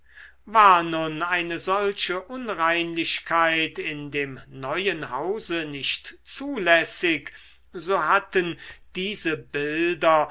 war nun eine solche unreinlichkeit in dem neuen hause nicht zulässig so hatten diese bilder